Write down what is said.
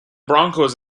broncos